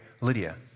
Lydia